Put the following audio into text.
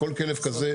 כל כלב כזה,